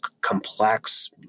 complex